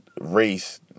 race